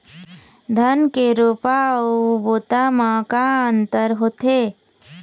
धन के रोपा अऊ बोता म का अंतर होथे?